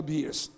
years